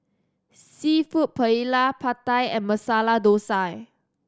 Seafood Paella Pad Thai and Masala Dosa